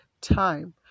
time